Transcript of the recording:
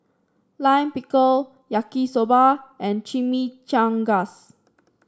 Lime Pickle Yaki Soba and Chimichangas